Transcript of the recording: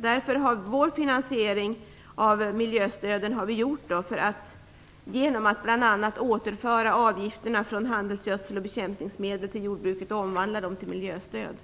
Därför har vi gjort vår finansiering av de ökade miljöstöden genom att bl.a. återföra avgifterna på handelsgödsel och bekämpningsmedel till jordbruket och omvandla dem till miljöstöd.